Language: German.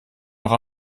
noch